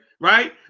right